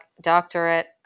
doctorate